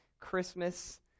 Christmas